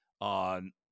on